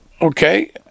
Okay